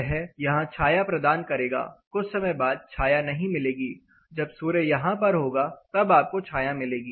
यह यहां छाया प्रदान करेगा कुछ समय बाद छाया नहीं मिलेगी जब सूर्य यहां पर होगा तब आपको छाया मिलेगी